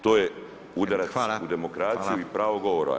To je udarac u demokraciju i pravo govora.